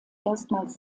erstmals